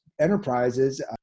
enterprises